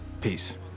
peace